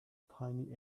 piny